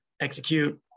execute